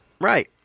Right